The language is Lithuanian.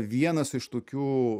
vienas iš tokių